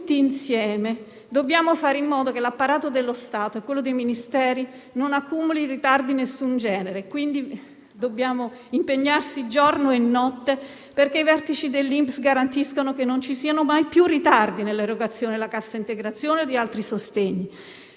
tutti insieme facciamo in modo che l'apparato dello Stato e quello dei Ministeri non accumulino ritardi di alcun genere. Dobbiamo impegnarci giorno e notte affinché i vertici dell'INPS garantiscano che non ci siano mai più ritardi nell'erogazione della cassa integrazione e di altri sostegni